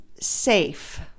safe